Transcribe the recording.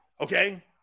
Okay